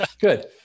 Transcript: good